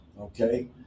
okay